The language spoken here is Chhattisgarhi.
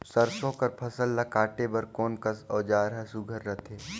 सरसो कर फसल ला काटे बर कोन कस औजार हर सुघ्घर रथे?